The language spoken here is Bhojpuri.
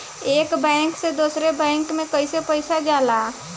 एक बैंक से दूसरे बैंक में कैसे पैसा जाला?